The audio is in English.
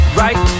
right